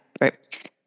right